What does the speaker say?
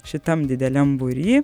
šitam dideliam būry